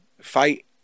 fight